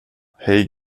hej